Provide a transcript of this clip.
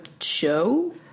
show